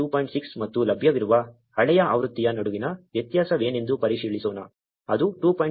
6 ಮತ್ತು ಲಭ್ಯವಿರುವ ಹಳೆಯ ಆವೃತ್ತಿಯ ನಡುವಿನ ವ್ಯತ್ಯಾಸವೇನೆಂದು ಪರಿಶೀಲಿಸೋಣ ಅದು 2